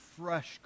fresh